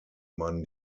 man